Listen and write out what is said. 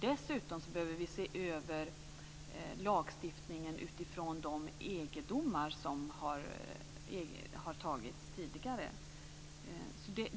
Dessutom behöver vi se över lagstiftningen utifrån de EG-domar som har fällts tidigare.